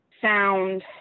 sound